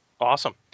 Awesome